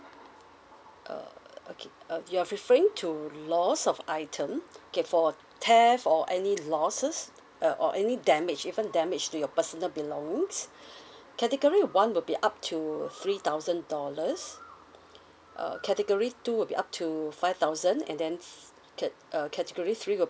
err okay err you're referring to loss of item okay for theft or any losses uh or any damage even damage to your personal belongings category one will be up to three thousand dollars uh category two would be up to five thousand and then cat~ uh category three will